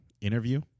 interview